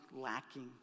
lacking